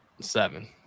seven